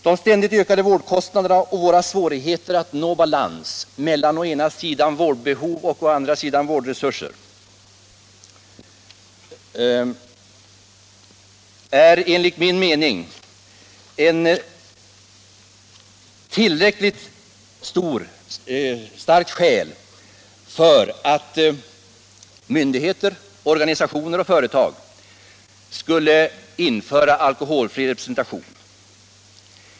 De ständigt ökade vårdkostnaderna och våra svårigheter att nå balans mellan å ena sidan vårdresurser och å andra sidan vårdbehov är enligt min mening ett tillräckligt starkt motiv för att myndigheter, organisationer och företag inför alkoholfri representation.